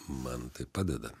man tai padeda